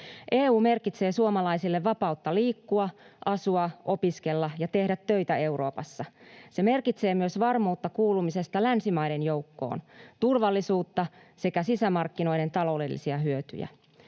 EU merkitsee suomalaisille vapautta liikkua, asua, opiskella ja tehdä töitä Euroopassa. Se merkitsee myös varmuutta kuulumisesta länsimaiden joukkoon, turvallisuutta sekä sisämarkkinoiden taloudellisia hyötyjä.